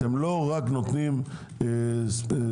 לא רק נותנים גמלה.